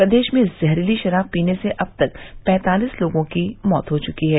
प्रदेश में जहरीली शराब पीने से अब तक पैतालीस लोगों की मौत हो चुकी है